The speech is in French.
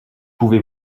pouvez